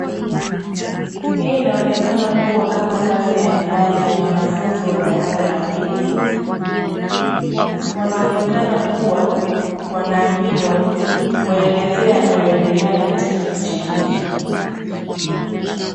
Hii inaonekana kuwa kama kazi ya nyumbani ya mwanafunzi wa darasa la pili. Wanaonekana kuwa wanaambiwa waelezee yanayoendelea katika picha hizi.